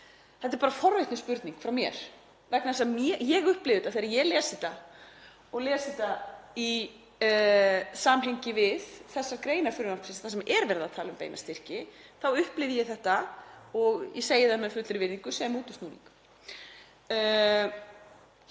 Þetta er bara forvitnisspurning frá mér vegna þess að þegar ég les þetta og les það í samhengi við þessar greinar frumvarpsins þar sem er verið að tala um beina styrki þá upplifi ég þetta, og ég segi það með fullri virðingu, sem útúrsnúning.